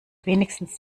wenigstens